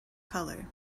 color